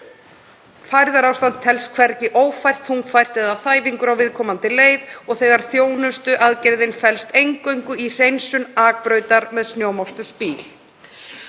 og færðarástand telst hvergi ófært, þungfært eða þæfingur á viðkomandi leið og þegar þjónustuaðgerðin felst eingöngu í hreinsun akbrautar með snjómokstursbíl.